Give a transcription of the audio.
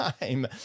time